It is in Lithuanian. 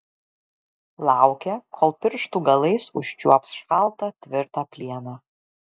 laukė kol pirštų galais užčiuops šaltą tvirtą plieną